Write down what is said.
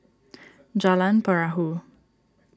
Jalan Perahu